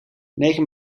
negen